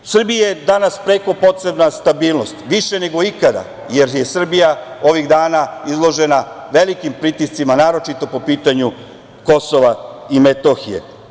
Srbiji je danas preko potrebna stabilnost, više nego ikada, jer je Srbija ovih dana izložena velikim pritiscima, a naročito po pitanju Kosova i Metohije.